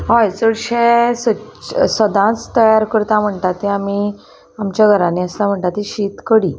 हय चडशे स सदांच तयार करता म्हणटा ते आमी आमच्या घरांनी आसता म्हणटा ती शीत कडी